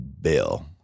bill